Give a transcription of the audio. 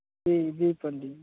जी जी पंडित जी